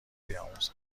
بیاموزند